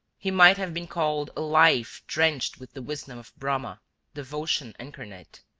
he might have been called a life drenched with the wisdom of brahma devotion incarnate.